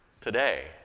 today